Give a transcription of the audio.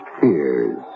fears